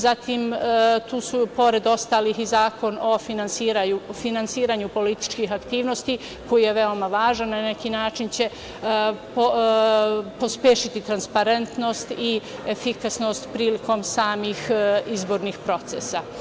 Zatim, tu su pored ostalih i Zakon o finansiranju političkih aktivnosti koji je veoma važan, na neki način će pospešiti transparentnost i efikasnost prilikom samih izbornih procesa.